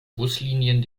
buslinien